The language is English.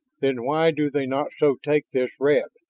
then why do they not so take this red,